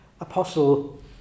apostle